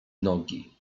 nogi